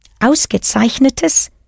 ausgezeichnetes